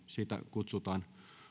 kutsutaan